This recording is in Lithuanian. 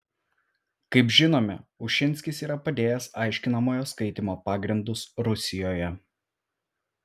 kaip žinome ušinskis yra padėjęs aiškinamojo skaitymo pagrindus rusijoje